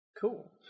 Cool